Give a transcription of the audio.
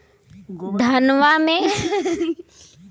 धनवा में खाद फेंके बदे सोचत हैन कवन खाद सही पड़े?